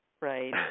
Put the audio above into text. right